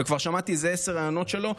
וכבר שמעתי איזה עשרה ראיונות שלו,